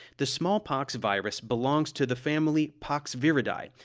the smallpox virus belongs to the family poxviridae,